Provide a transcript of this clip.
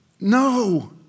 No